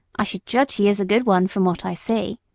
i should judge he is a good one, from what i see.